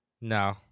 No